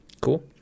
cool